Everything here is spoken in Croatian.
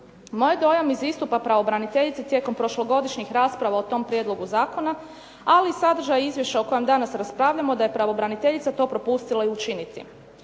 Moj je doma iz istupa pravobraniteljice tijekom prošlogodišnjih rasprava o tom prijedlogu zakona, ali sadržaj i izvješća o kojem danas raspravljamo da je pravobraniteljica to propustila i učiniti.